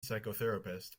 psychotherapist